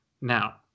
Now